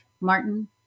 Martin